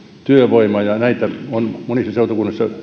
työvoima ja näitä on monissa seutukunnissa